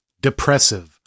depressive